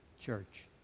church